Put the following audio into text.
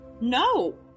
No